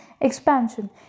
Expansion